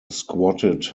squatted